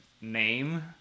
name